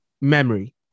memory